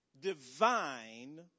divine